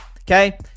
Okay